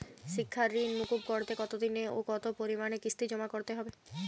শিক্ষার ঋণ মুকুব করতে কতোদিনে ও কতো পরিমাণে কিস্তি জমা করতে হবে?